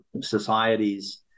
societies